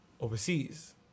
overseas